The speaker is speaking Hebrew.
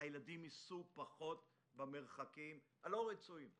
הילדים ייסעו פחות למרחקים הלא רצויים בהסעות.